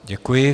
Děkuji.